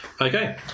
Okay